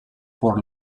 por